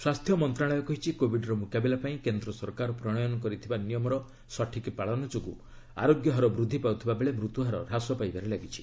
ସ୍ୱାସ୍ଥ୍ୟ ମନ୍ତ୍ରଣାଳୟ କହିଛି କୋବିଡର ମୁକାବିଲା ପାଇଁ କେନ୍ଦ ସରକାର ପ୍ରଣୟନ କରିଥିବା ନିୟମର ସଠିକ୍ ପାଳନ ଯୋଗୁଁ ଆରୋଗ୍ୟ ହାର ବୃଦ୍ଧି ପାଉଥିବା ବେଳେ ମୃତ୍ୟୁହାର ହ୍ରାସ ପାଇବାରେ ଲାଗିଛି